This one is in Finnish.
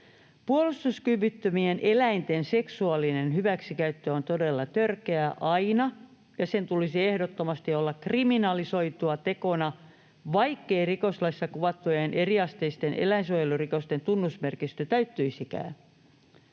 Puolustuskyvyttömien eläinten seksuaalinen hyväksikäyttö on todella törkeää aina, ja sen tulisi ehdottomasti olla kriminalisoitua tekona, vaikkei rikoslaissa kuvattujen eriasteisten eläinsuojelurikosten tunnusmerkistö täyttyisikään.